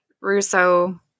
Russo